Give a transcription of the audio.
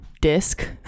disc